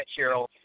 Cheryl